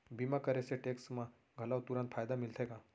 बीमा करे से टेक्स मा घलव तुरंत फायदा मिलथे का?